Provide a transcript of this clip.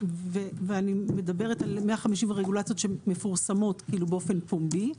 ואני מדברת על 150 רגולציות שמפורסמות באופן פומבי,